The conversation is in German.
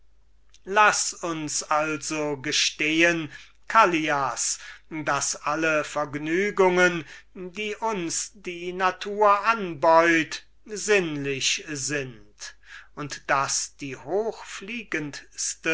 laß uns also gestehen callias daß alle vergnügen die uns die natur anbeut sinnlich sind und daß die